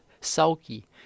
sulky